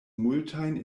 multajn